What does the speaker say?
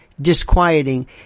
disquieting